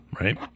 Right